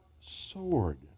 sword